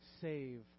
save